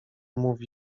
mówi